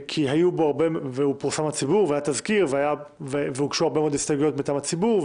הוא פורסם לציבור והיה תזכיר והוגשו הרבה מאוד הסתייגויות מטעם הציבור,